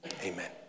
Amen